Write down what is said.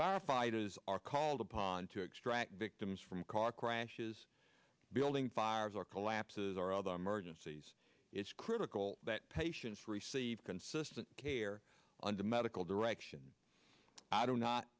firefighters are called upon to extract victims from car crashes building fires or collapses or other emergencies it's critical that patients receive consistent care under medical direction i do not